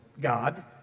God